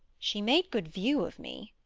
she made good view of me